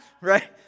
right